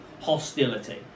hostility